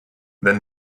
then